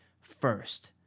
first